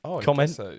Comment